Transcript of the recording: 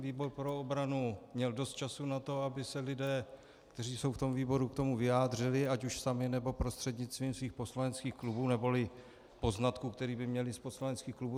Výbor pro obranu měl dost času na to, aby se lidé, kteří jsou v tom výboru, k tomu vyjádřili ať už sami, nebo prostřednictvím svých poslaneckých klubů, neboli poznatků, které by měli z poslanecký klubů.